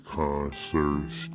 concerts